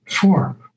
four